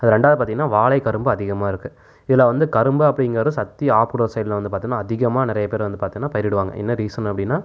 அது ரெண்டாவது பார்த்திங்கனா வாழைக் கரும்பு அதிகமாக இருக்குது இதில் வந்து கரும்பு அப்படிங்கிறது சக்தி ஆப்ரோ சைட்ல வந்து பார்த்திங்கனா அதிகமாக நிறையா பேர் வந்து பார்த்திங்கனா பயிரிடுவாங்கள் என்ன ரீசன் அப்படின்னா